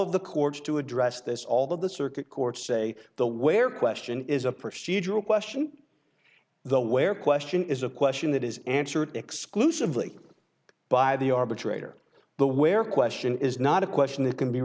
of the courts to address this although the circuit courts say the where question is a procedural question the where question is a question that is answered exclusively by the arbitrator the where question is not a question that can be